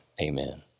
Amen